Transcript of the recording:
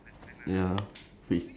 don't have I don't think so